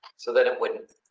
so then it wouldn't.